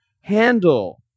handle